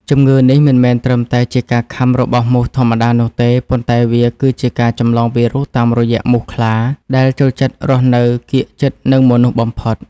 ជំងឺនេះមិនមែនត្រឹមតែជាការខាំរបស់មូសធម្មតានោះទេ ប៉ុន្តែវាគឺជាការចម្លងវីរុសតាមរយៈមូសខ្លាដែលចូលចិត្តរស់នៅកៀកជិតនឹងមនុស្សបំផុត។